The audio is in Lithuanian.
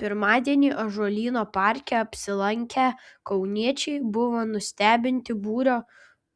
pirmadienį ąžuolyno parke apsilankę kauniečiai buvo nustebinti būrio